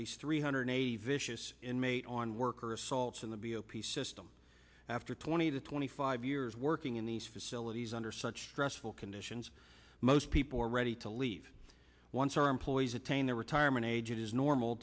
least three hundred eighty vicious inmate on work or assaults in the b o p system after twenty to twenty five years working in these facilities under such stressful conditions most people are ready to leave once our employees attain their retirement age it is normal